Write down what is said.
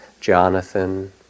Jonathan